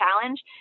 challenge